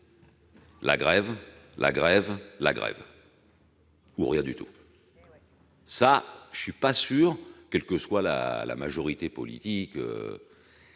La grève, la grève, la grève, ou rien du tout !» Je ne suis pas sûr, quelle que soit la majorité, que